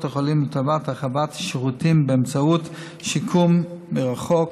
החולים לטובת הרחבת שירותים באמצעות שיקום מרחוק,